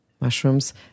mushrooms